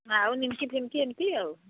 ଆଉ ନିମ୍କି ଫିମ୍କି ଏମିତି ଆଉ